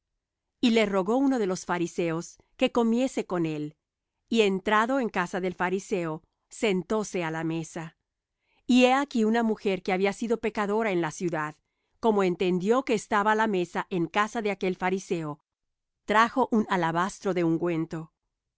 y le rogó uno de los fariseos que comiese con él y entrado en casa del fariseo sentóse á la mesa y he aquí una mujer que había sido pecadora en la ciudad como entendió que estaba á la mesa en casa de aquel fariseo trajo un alabastro de